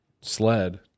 sled